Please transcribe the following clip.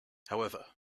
however